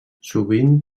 sovint